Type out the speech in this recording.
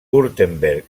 württemberg